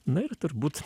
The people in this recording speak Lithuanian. na ir turbūt